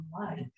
life